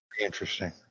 interesting